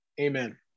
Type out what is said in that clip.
Amen